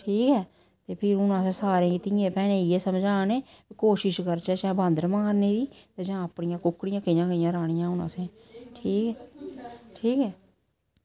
ठीक ऐ ते फ्ही हून असें सारी धियें भैनें गी एह् समझा ने कोशिश करचै जां बांदर मारने दी जां अपनियां कुक्कड़ियां कियां कियां राह्नियां असें ठीक ऐ ठीक ऐ